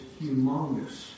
humongous